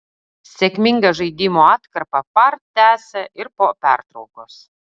sėkmingą žaidimo atkarpą par tęsė ir po pertraukos